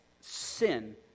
sin